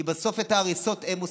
כי בסוף את ההריסות הם אוספים,